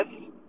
yes